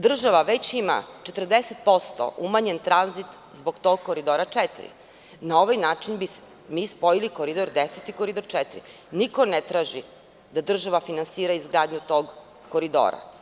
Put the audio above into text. Država već ima 40% umanjen tranzit zbog tog Koridora 4. Na ovaj način bi mi spojili Koridor 10 i Koridor 4. Niko ne traži da država finansira izgradnju tog koridora.